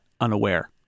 unaware